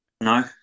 No